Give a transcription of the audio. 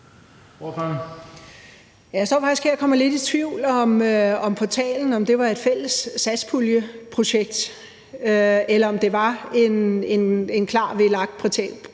Jeg står faktisk her og kommer lidt i tvivl om, hvorvidt portalen var et fælles satspuljeprojekt, eller om det var en klar VLAK-prioritering